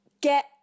get